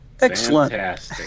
Excellent